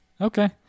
Okay